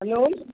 hello